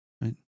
Right